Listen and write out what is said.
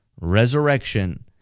resurrection